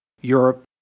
Europe